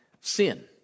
sin